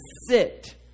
sit